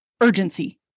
urgency